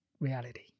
reality